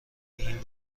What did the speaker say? این